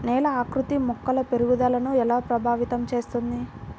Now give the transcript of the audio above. నేల ఆకృతి మొక్కల పెరుగుదలను ఎలా ప్రభావితం చేస్తుంది?